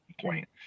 point